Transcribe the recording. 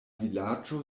vilaĝo